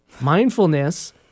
Mindfulness